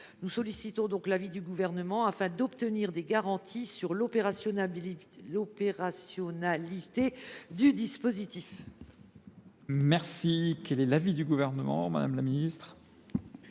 Nous sollicitons l’avis du Gouvernement afin d’obtenir des garanties sur l’opérationnalité du dispositif.